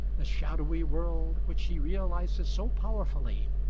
the shadowy world, which he realises so powerfully,